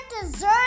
dessert